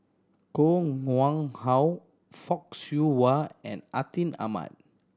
Koh Nguang How Fock Siew Wah and Atin Amat